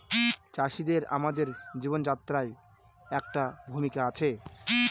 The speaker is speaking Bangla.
চাষিদের আমাদের জীবনযাত্রায় একটা ভূমিকা আছে